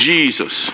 Jesus